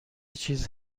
چیز